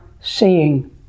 seeing